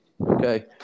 Okay